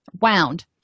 wound